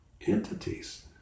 entities